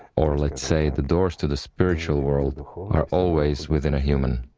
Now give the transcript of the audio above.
or, let's say, the doors to the spiritual world are always within a human.